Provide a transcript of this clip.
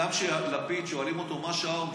גם כשואלים אותו מה השעה,